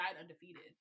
undefeated